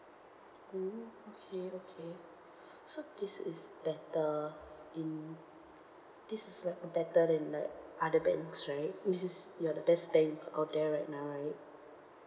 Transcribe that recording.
mm okay okay so this is better in this is like a better than the other banks right which is you're the best bank out there right now right